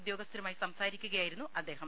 ഉദ്യോഗസ്ഥരുമായി സംസാരിക്കുകയായിരുന്നു അദ്ദേഹം